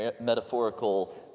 metaphorical